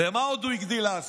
ומה עוד הוא הגדיל לעשות?